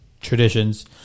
traditions